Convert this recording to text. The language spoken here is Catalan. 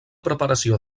preparació